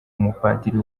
umupadiri